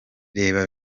reba